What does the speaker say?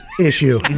issue